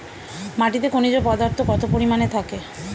মাটিতে খনিজ পদার্থ কত পরিমাণে থাকে?